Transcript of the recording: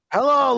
Hello